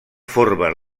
formen